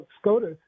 SCOTUS